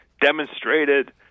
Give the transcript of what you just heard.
demonstrated